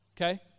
Okay